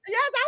Yes